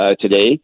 today